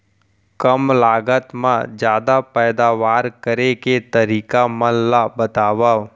कम लागत मा जादा पैदावार करे के तरीका मन ला बतावव?